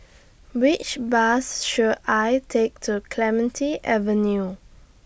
Which Bus should I Take to Clementi Avenue